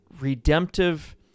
redemptive